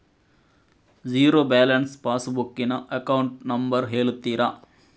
Zero balance passbook ನ account number ಹೇಳುತ್ತೀರಾ?